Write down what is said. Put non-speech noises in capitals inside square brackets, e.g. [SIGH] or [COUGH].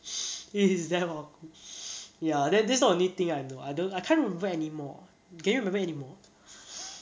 it is damn awkwa~ ya then this not only thing I know I don't I can't remember anymore can you remember anymore [NOISE]